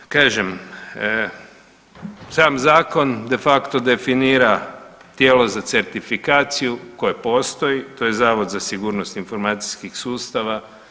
Kažem sam zakon de facto definira tijelo za certifikaciju koje postoji, to je Zavod za sigurnost informacijskih sustava.